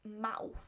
mouth